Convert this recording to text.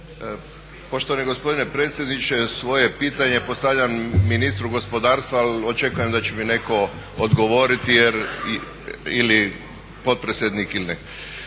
Poštovani gospodine predsjedniče, svoje pitanje postavljam ministru gospodarstva ali očekujem da će mi netko odgovoriti ili potpredsjednik ili netko.